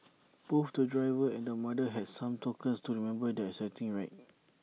both the driver and the mother had some tokens to remember their exciting ride